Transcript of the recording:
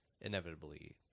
inevitably